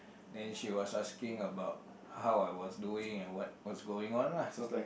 then she was asking about how I was doing and what what's going on lah